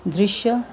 दृश्य